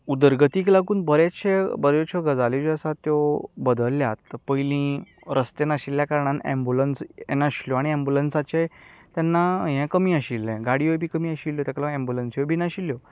उदरगतीक लागून बरेचशे बऱ्योचश्यो गजाली आसात त्यो बदल्ल्यात पयलीं रस्ते नाशिल्ल्या कारणान एम्ब्यूलंस येनाशिल्ल्यो आनी एम्ब्यूलंसाचें तेन्ना हें कमी आशिल्लें गाड्यो बी कमी आसिल्ल्यो ताका लागून एम्ब्यूलंसूय नाशिल्ल्यो